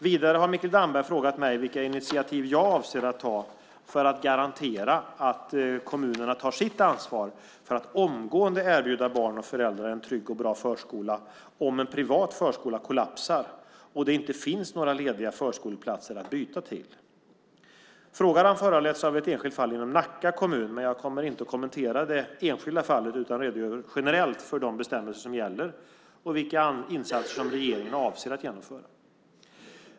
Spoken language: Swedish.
Vidare har Mikael Damberg frågat mig vilka initiativ jag avser att ta för att garantera att kommunerna tar sitt ansvar för att omgående erbjuda barn och föräldrar en trygg och bra förskola om en privat förskola kollapsar och det inte finns några lediga förskoleplatser att byta till. Frågan har föranletts av ett enskilt fall inom Nacka kommun. Men jag kommer inte att kommentera det enskilda fallet utan redogör generellt för de bestämmelser som gäller och vilka insatser som regeringen avser att genomföra.